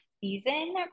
season